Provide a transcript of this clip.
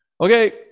Okay